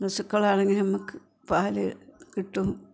പശുക്കൾ ആണെങ്കിൽ നമുക്ക് പാൽ കിട്ടും